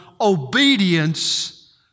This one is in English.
obedience